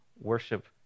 worship